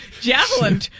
javelin